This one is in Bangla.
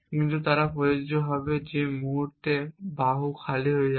কিন্তু তারা প্রযোজ্য হবে যে মুহূর্তে বাহু খালি হয়ে যাবে